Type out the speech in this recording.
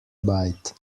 bite